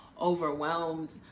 overwhelmed